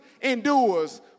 endures